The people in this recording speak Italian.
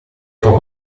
può